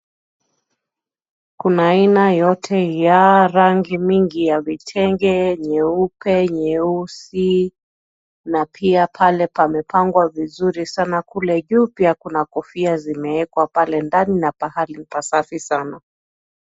Kuna aina yote ya rangi mingi ya vitenge, nyeupe, nyeusi na pia pale pamepangwa vizuri sana, kule juu pia kuna kofia zimeekwa pale ndani na pahali pasafi sana.